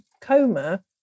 coma